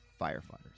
firefighters